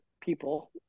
people